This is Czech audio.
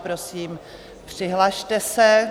Prosím, přihlaste se.